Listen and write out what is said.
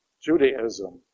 Judaism